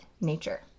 nature